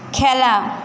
খেলা